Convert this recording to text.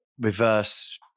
reverse